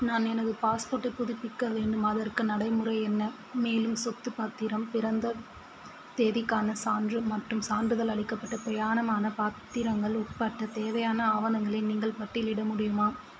நான் எனது பாஸ்போர்ட்டை புதுப்பிக்க வேண்டும் அதற்கு நடைமுறை என்ன மேலும் சொத்து பத்திரம் பிறந்த தேதிக்கான சான்று மற்றும் சான்றிதழ் அளிக்கப்பட்ட பிரமாணப் பத்திரங்கள் உட்பட்ட தேவையான ஆவணங்களை நீங்கள் பட்டியலிட முடியுமா